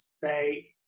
say